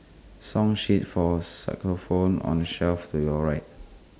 song sheets for on the shelf to your right